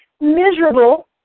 miserable